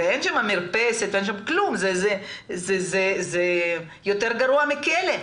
ואין שם מרפסת ואין שם כלום, זה יותר גרוע מכלא.